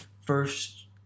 first